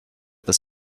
this